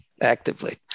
actively